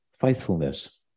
faithfulness